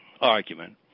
argument